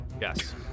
Yes